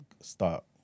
start